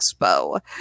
Expo